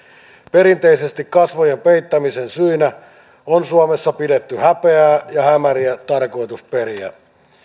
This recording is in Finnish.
perinteisesti kasvojen peittämisen syynä on suomessa pidetty häpeää ja hämäriä tarkoitusperiä